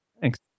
Thanks